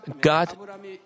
God